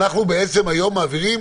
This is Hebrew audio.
אנחנו היום מעבירים